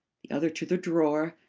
the other to the drawer,